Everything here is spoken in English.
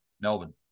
Melbourne